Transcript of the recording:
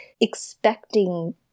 expecting